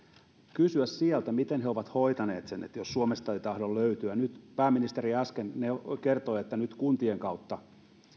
kysyä sieltä miten he ovat hoitaneet tämän jos suomesta ei tahdo löytyä mallia no nyt pääministeri äsken kertoi että kuntien kautta